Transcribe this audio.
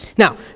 Now